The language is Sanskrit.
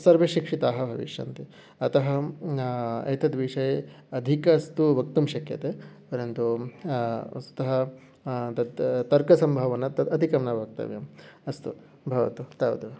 सर्वे शिक्षिताः भविष्यन्ति अतः एतद्विषये अधिकस्तु वक्तुं शक्यते परन्तु वस्तुतः तत् तर्कसम्भावना तद् अधिकं न वक्तव्यम् अस्तु भवतु तावदेव